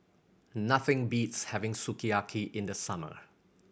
nothing beats having Sukiyaki in the summer